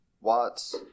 Watts